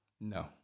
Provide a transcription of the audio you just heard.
No